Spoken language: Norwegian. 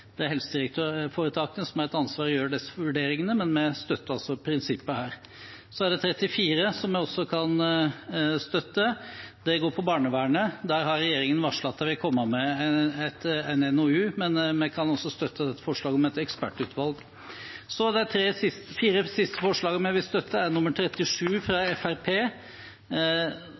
Det er helseforetakene som har et ansvar for å gjøre disse vurderingene, men vi støtter prinsippet her. Så er det forslag nr. 34, som vi også kan støtte. Det går på barnevernet. Der har regjeringen varslet at de vil komme med en NOU, men vi kan også støtte dette forslaget om et ekspertutvalg. Så til de fire siste forslagene vi vil støtte. Det er nr. 37, fra